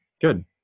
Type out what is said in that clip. good